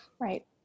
Right